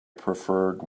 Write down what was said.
preferred